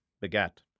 begat